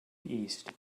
east